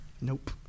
nope